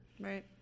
Right